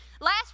Last